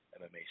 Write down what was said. MMA